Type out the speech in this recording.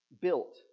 built